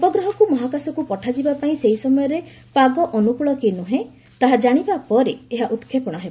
ଉପଗ୍ରହକୁ ମହାକାଶକୁ ପଠାଯିବା ପାଇଁ ସେହି ସମୟର ପାଗ ଅନୁକୂଳ କି ନୁହେଁ ତାହା କାଣିବା ପରେ ଏହାର ଉତ୍କ୍ଷେପଣ ହେବ